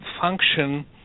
function